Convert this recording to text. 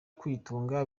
kwitunga